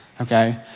Okay